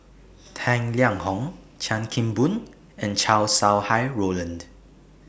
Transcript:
Tang Liang Hong Chan Kim Boon and Chow Sau Hai Roland